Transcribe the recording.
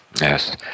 Yes